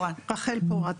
פורת,